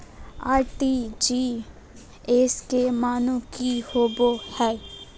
RTGS के माने की होबो है?